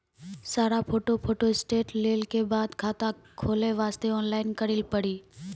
सारा photo photostat लेल के बाद खाता खोले वास्ते ऑनलाइन करिल पड़ी?